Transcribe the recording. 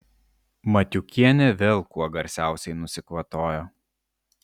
matiukienė vėl kuo garsiausiai nusikvatojo